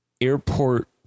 airport